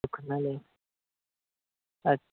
Sukhna lake ਅੱ